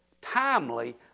timely